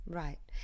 right